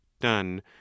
done